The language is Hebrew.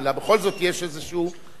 אלא בכל זאת יש איזה מצב,